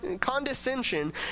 condescension